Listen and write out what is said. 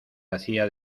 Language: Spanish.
hacía